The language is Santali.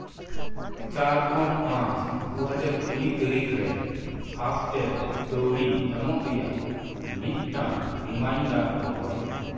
ᱪᱟᱨ ᱠᱷᱚᱱ ᱯᱟᱸᱪ ᱫᱩ ᱦᱟᱡᱟᱨ ᱠᱩᱲᱤ ᱛᱟᱹᱨᱤᱠᱷ ᱨᱮ ᱯᱷᱟᱥᱴ ᱴᱮᱜᱽ ᱠᱟᱹᱣᱰᱤ ᱮᱢᱚᱜ ᱨᱮᱭᱟᱜ ᱢᱤᱫᱴᱟᱝ ᱨᱤᱢᱟᱭᱤᱱᱰᱟᱨ ᱫᱚᱦᱚᱭ ᱢᱮ